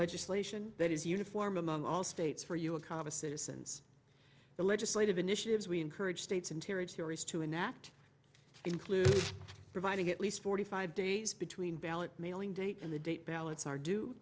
legislation that is uniform among all states for you a comma citizens the legislative initiatives we encourage states and territories to enact including providing at least forty five days between valid mailing dates and the date ballots are d